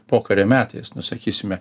pokario metais nu sakysime